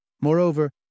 Moreover